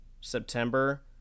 September